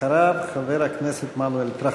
אחריו, חבר הכנסת מנואל טרכטנברג.